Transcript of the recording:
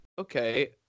Okay